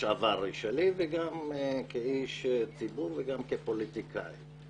הלשעברי שלי, גם כאיש ציבור וגם כפוליטיקאי.